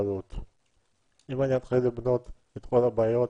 אני אתחיל למנות את כל הבעיות,